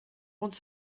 rond